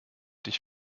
dich